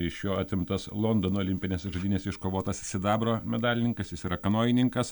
iš jo atimtas londono olimpinėse žaidynėse iškovotas sidabro medalininkas jis yra kanojininkas